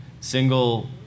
single